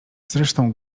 zresztą